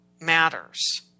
matters